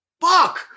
Fuck